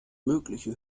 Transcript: mögliche